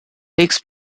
takes